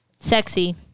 Sexy